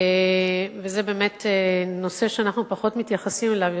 וזה באמת נושא שאנחנו פחות מתייחסים אליו.